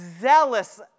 zealous